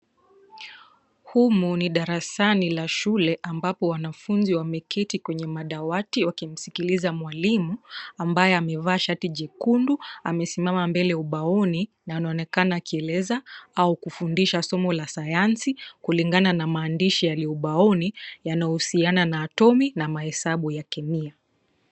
Humu ni darasani la shule ambamo wanafunzi wameketi kwenye madawati wakimsikiliza mwalimu ambaye amevaa shati jekundu . Amesimama mbele ubaoni na anaonekana akieleza au kufundisha somo la sayansi kulingana na maandishi yaliyo ubaoni yanahusiana na atomi na hesabu ya kemia.